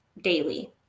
daily